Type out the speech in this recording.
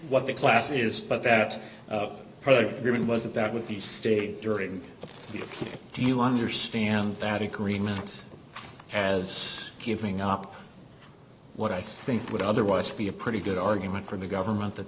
what the class is but that probably going wasn't that with the state during you do you understand that agreement as giving up what i think would otherwise be a pretty good argument for the government that